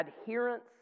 adherence